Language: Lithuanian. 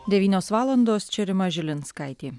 devynios valandos čia rima žilinskaitė